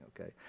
okay